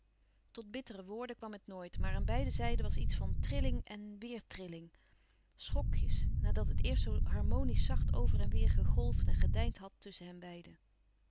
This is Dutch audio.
tot bittere woorden kwam het nooit maar aan beide zijden was iets van trilling en weêrtrilling schokjes nadat het eerst zoo harmoniesch zacht over en weêr gegolfd en gedeind had tusschen hen beiden